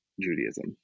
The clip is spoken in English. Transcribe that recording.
Judaism